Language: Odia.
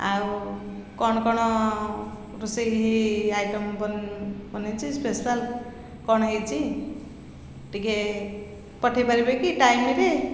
ଆଉ କ'ଣ କ'ଣ ରୋଷେଇ ଆଇଟମ୍ ବନେଇଛି ସ୍ପେଶାଲ୍ କ'ଣ ହେଇଛି ଟିକେ ପଠେଇ ପାରିବେ କି ଟାଇମ୍ରେ